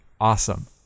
Awesome